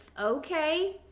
Okay